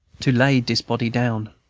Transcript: to lay dis body down.